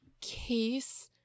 case